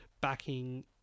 backing